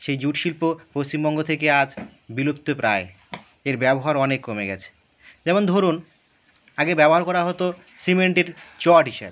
সেই জুট শিল্প পশ্চিমবঙ্গ থেকে আজ বিলুপ্তপ্রায় এর ব্যবহার অনেক কমে গেছে যেমন ধরুন আগে ব্যবহার করা হতো সিমেন্টের চট হিসাবে